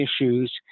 issues